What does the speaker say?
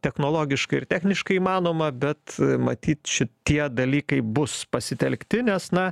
technologiškai ir techniškai įmanoma bet matyt šitie dalykai bus pasitelkti nes na